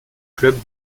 club